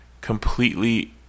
completely